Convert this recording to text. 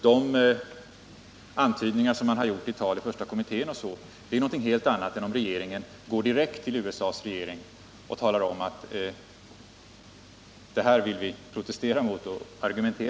De antydningar som gjorts i tal i första kommittén osv. är någonting helt annat än om regeringen går direkt till USA:s regering och talar om att det här vill vi protestera mot.